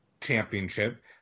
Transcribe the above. championship